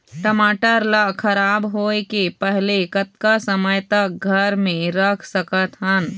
टमाटर ला खराब होय के पहले कतका समय तक घर मे रख सकत हन?